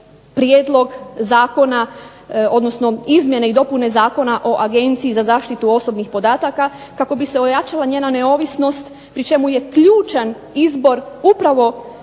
prijedlog zakona odnosno izmjene i dopune Zakona o agenciji za zaštitu osobnih podataka kako bi se ojačala njena neovisnost pri čemu je ključan izbor upravo